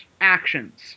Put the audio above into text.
actions